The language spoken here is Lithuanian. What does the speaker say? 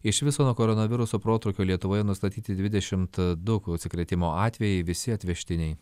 iš viso nuo koronaviruso protrūkio lietuvoje nustatyti dvidešimt du užsikrėtimo atvejai visi atvežtiniai